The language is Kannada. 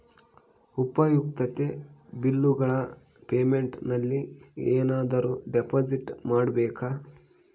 ಉಪಯುಕ್ತತೆ ಬಿಲ್ಲುಗಳ ಪೇಮೆಂಟ್ ನಲ್ಲಿ ಏನಾದರೂ ಡಿಪಾಸಿಟ್ ಮಾಡಬೇಕಾ?